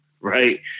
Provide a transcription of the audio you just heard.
right